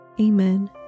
Amen